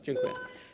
Dziękuję.